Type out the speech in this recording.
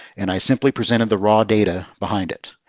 and i simply presented the raw data behind it.